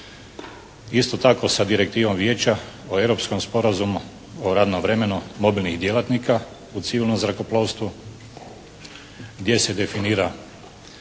Isto tako sa direktivom vijeća o europskom Sporazumu o radnom vremenu mobilnih djelatnika u civilnom zrakoplovstvu gdje se definira